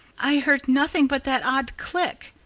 i heard nothing but that odd click,